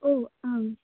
ओ आम्